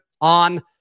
on